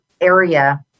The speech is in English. area